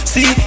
See